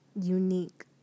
unique